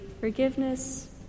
forgiveness